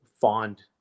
fond